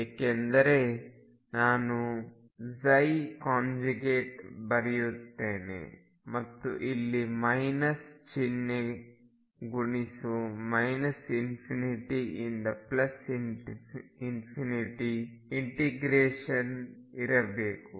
ಏಕೆಂದರೆ ನಾನು ಬರೆಯುತ್ತೇನೆ ಮತ್ತು ಇಲ್ಲಿ ಮೈನಸ್ ಚಿನ್ನೆ ಗುಣಿಸು −∞ ಇಂದ ∞ ಇಂಟಿಗ್ರೇಷನ್ ಇರಬೇಕು